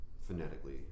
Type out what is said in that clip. phonetically